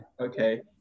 Okay